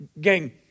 Gang